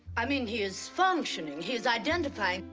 i mean, he is functioning, he's identifying,